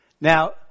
Now